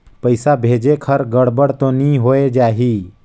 पइसा भेजेक हर गड़बड़ तो नि होए जाही?